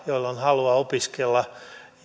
joilla on halua opiskella